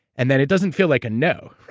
and then, it doesn't feel like a no,